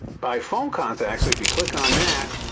by phone contacts. if you click on that,